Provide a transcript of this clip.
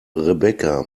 rebecca